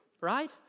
right